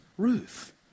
Ruth